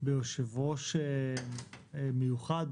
ביושב-ראש מיוחד,